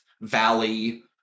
Valley